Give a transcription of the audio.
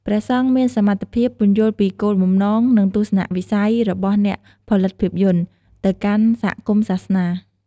ព្រះសង្ឃមានសមត្ថភាព ពន្យល់ពីគោលបំណង និងទស្សនៈវិស័យរបស់អ្នកផលិតភាពយន្ត ទៅកាន់សហគមន៍សាសនា។